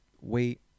wait